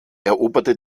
eroberte